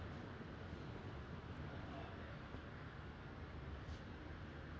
so now rarely only I go to their house lah but is the the bond is still there